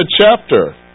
chapter